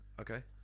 okay